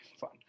fun